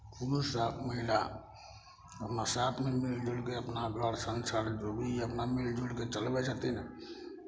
पुरुष आ महिला अपना साथमे मिलि जुलि कऽ अपना घर संसार जो भी अपना मिलि जुलि कऽ चलबै छथिन